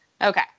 Okay